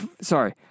sorry